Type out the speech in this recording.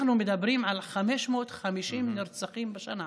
אנחנו מדברים על 550 נרצחים בשנה.